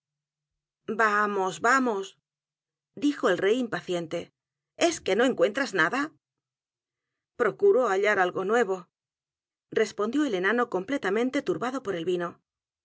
s vamos dijo el rey impaciente es que no encuentras nada procuro hallar algo nuevo respondió el enano completamente t u r b a d o por el vino